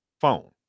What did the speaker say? phone